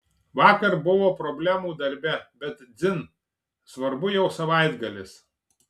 vakar buvo problemų darbe bet dzin svarbu jau savaitgalis